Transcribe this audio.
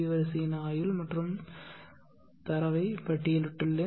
வரிசையின் ஆயுள் மற்றும் நம் தரவை பட்டியலிட்டுள்ளேன்